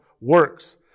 works